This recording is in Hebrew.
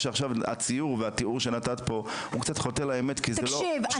הציור והתיאור שנתת פה הוא קצת חוטא לאמת כי זה לא --- תקשיב,